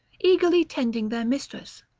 eagerly tending their mistress.